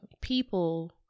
people